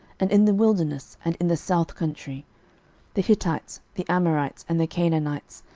and in the wilderness, and in the south country the hittites, the amorites, and the canaanites,